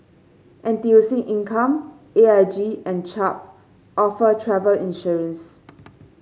N T U C Income A I G and Chubb offer travel insurance